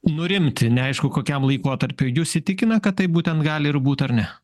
nurimti neaišku kokiam laikotarpiui jus įtikina kad taip būtent gali ir būt ar ne